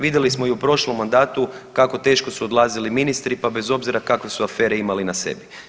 Vidjeli smo i u prošlom mandatu kako teško su odlazili ministri pa bez obzira kakve su afere imali na sebi.